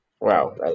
Wow